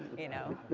you know,